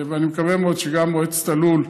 ואני מקווה מאוד שגם מועצת הלול,